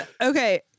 okay